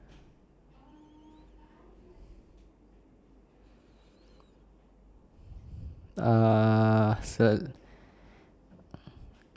ah sa~